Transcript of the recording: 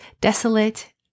desolate